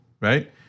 right